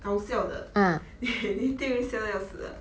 好笑的你一定会笑到要死的